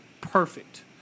perfect